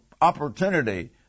opportunity